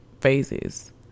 Phases